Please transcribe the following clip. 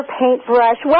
paintbrush